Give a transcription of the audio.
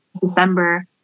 December